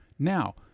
Now